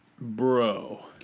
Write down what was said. Bro